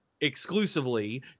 exclusively